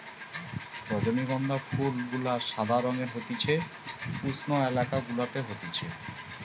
রজনীগন্ধা ফুল গুলা সাদা রঙের হতিছে উষ্ণ এলাকা গুলাতে হতিছে